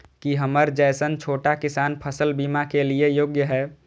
की हमर जैसन छोटा किसान फसल बीमा के लिये योग्य हय?